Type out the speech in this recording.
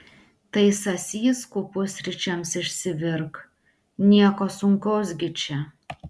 tai sasyskų pusryčiams išsivirk nieko sunkaus gi čia